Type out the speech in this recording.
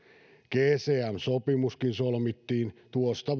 gcm sopimuskin solmittiin tuosta